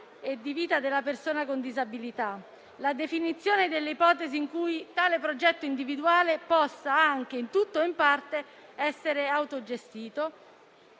e di vita della persona con disabilità; la definizione delle ipotesi in cui tale progetto individuale possa anche, in tutto o in parte, essere autogestito;